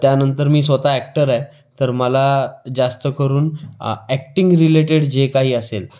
त्यानंतर मी स्वतः ॲक्टर आहे तर मला जास्त करून ॲक्टिंग रिलेटेड जे काही असेल